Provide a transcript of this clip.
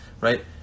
right